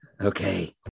Okay